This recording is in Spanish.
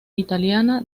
italiana